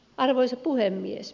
arvoisa puhemies